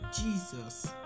Jesus